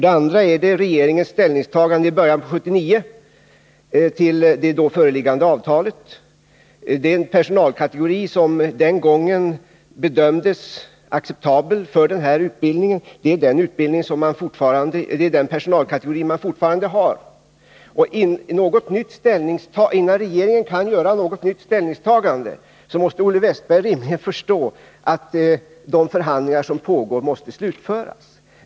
Det andra är regeringens ställningstagande i början av 1979 till det då föreliggande avtalet. Den personalkategori som den gången bedömdes acceptabel för utbildningen är den personalkategori som man fortfarande har. Och Olle Wästberg måste rimligen förstå att innan regeringen kan göra något nytt ställningstagande måste de förhandlingar som pågår slutföras.